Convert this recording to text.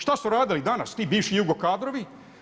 Šta su radili i danas ti bivši jugo kadrovi?